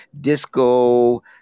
disco